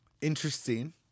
Interesting